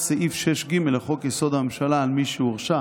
סעיף 6(ג) לחוק-יסוד: הממשלה על מי שהורשע